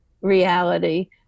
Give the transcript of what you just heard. reality